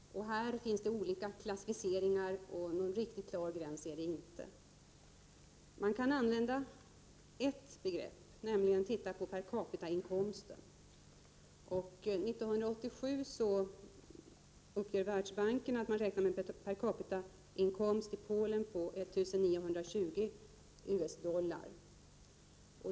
Här finns olika klassificeringar, och någon riktigt klar gräns finns inte. Vid bedömningen kan man använda ett begrepp, nämligen per capita-inkomsten. Världsbanken uppger att man 1987 räknade med en per capita-inkomst i Polen på 1 920 US-dollar.